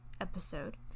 episode